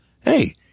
hey